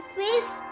face